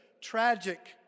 tragic